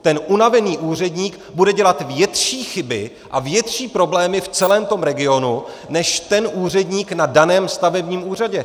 Ten unavený úředník bude dělat větší chyby a větší problémy v celém tom regionu než úředník na daném stavebním úřadě.